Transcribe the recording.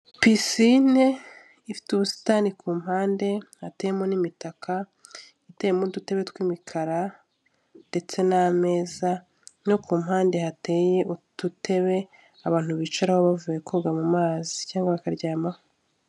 sicine ifite ubusitani ku mpande hateyemo n'imitaka, iteyemo udutebe tw'imikara ndetse n'ameza no ku mpande hateye udutebe abantu bicaraho bavuye koga mu mazi cyangwa bakaryamaho.